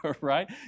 right